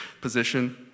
position